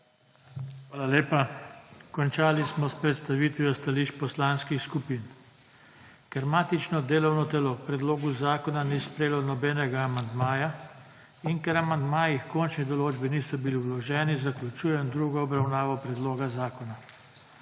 Hvala lepa. Končali smo s predstavitvijo stališč poslanskih skupin. Ker matično delovno telo k predlogu zakona ni sprejelo nobenega amandmaja in ker amandmaji h končni določbi niso bili vloženi, zaključujem drugo obravnavo predloga zakona.